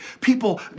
people